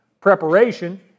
preparation